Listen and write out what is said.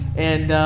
and